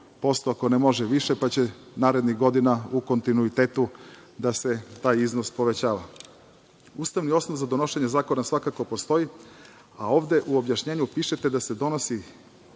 3,5% ako ne može više pa će narednih godina u kontinuitetu taj iznos da se povećava. Ustavni osnov za donošenje zakona svakako postoji, a ovde u objašnjenju pišete da se donosi